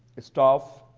staff,